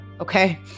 okay